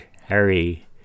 Harry